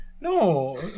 No